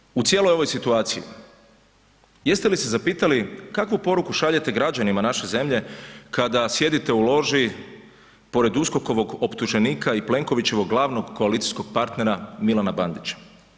I na kraju, u cijeloj ovoj situaciji, jeste li se zapitali kakvu poruku šaljete građanima naše zemlje kada sjedite u loži pored USKOK-ovog optuženika i Plenkovićevog glavnog koalicijskog partnera Milana Bandića?